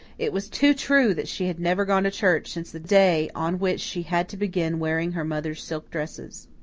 it was too true that she had never gone to church since the day on which she had to begin wearing her mother's silk dresses.